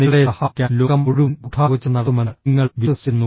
നിങ്ങളെ സഹായിക്കാൻ ലോകം മുഴുവൻ ഗൂഢാലോചന നടത്തുമെന്ന് നിങ്ങൾ വിശ്വസിക്കുന്നു